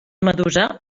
medusa